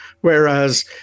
Whereas